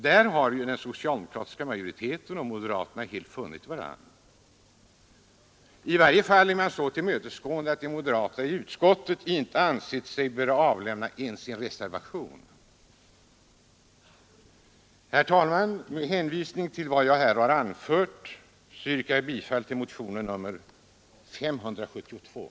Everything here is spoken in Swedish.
Där har den socialdemokratiska majoriteten och moderaterna funnit varandra — i varje fall är man så tillmötesgående att moderaterna i utskottet inte ansett sig behöva avge en reservation.